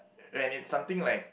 when is something like